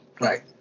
Right